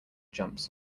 jumps